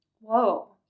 whoa